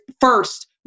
first